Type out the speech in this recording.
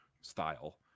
style